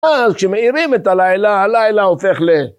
אבל כשמעירים את הלילה, הלילה הופך ל...